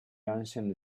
ancient